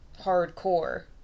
hardcore